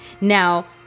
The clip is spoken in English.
Now